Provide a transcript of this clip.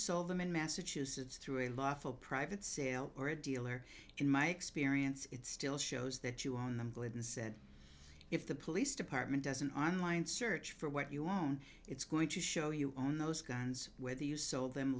sold them in massachusetts through a lawful private sale or a dealer in my experience it still shows that you own them glidden said if the police department doesn't online search for what you own it's going to show you on those guns whether you sold them